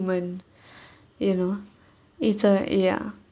human you know it's a ya